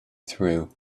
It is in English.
through